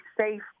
safe